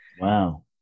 Wow